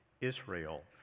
Israel